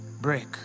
Break